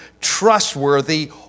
trustworthy